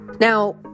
Now